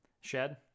Shed